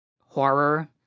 horror